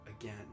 again